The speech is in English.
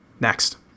Next